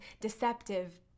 deceptive